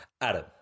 Adam